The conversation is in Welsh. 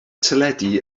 teledu